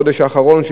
לחודש האחרון,